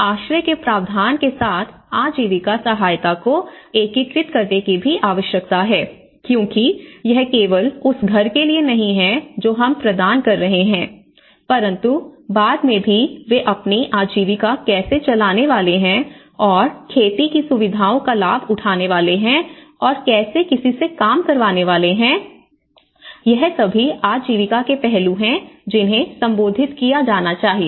आश्रय के प्रावधान के साथ आजीविका सहायता को एकीकृत करने की भी आवश्यकता है क्योंकि यह केवल उस घर के लिए नहीं है जो हम प्रदान कर रहे हैं परंतु बाद में भी वे अपनी आजीविका कैसे चलाने वाले हैं और खेती की सुविधाओं का लाभ उठाने वाले हैं और कैसे किसी से काम करवाने वाले हैं यह सभी आजीविका के पहलू हैं जिन्हें संबोधित किया जाना चाहिए